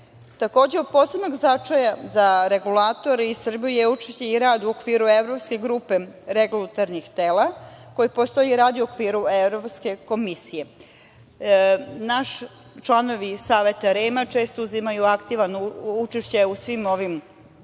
Takođe od posebnog značaja za regulatore i Srbiju je učešće i rad u okviru evropske grupe regulatornih tela koji postoji i radi u okviru Evropske komisije. Naši članovi Saveta REM-a često uzimaju aktivno učešće u svim ovim telima